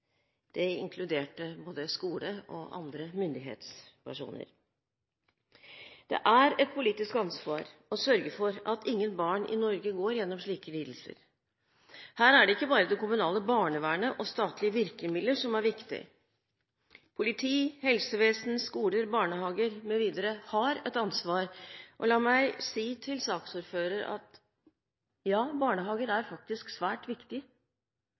Det inkluderte både skolen og andre myndighetspersoner. Det er et politisk ansvar å sørge for at ingen barn i Norge går igjennom slike lidelser. Her er det ikke bare det kommunale barnevernet og statlige virkemidler som er viktige. Politi, helsevesen, skoler, barnehager osv. har et ansvar, og la meg si til saksordføreren: Ja, barnehager er faktisk svært